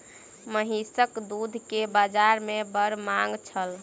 महीसक दूध के बाजार में बड़ मांग छल